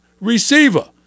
receiver